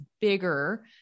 bigger